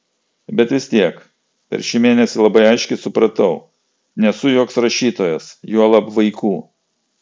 bet vis tiek per šį mėnesį labai aiškiai supratau nesu joks rašytojas juolab vaikų